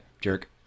jerk